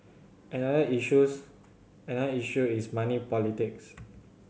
another issues another issue is money politics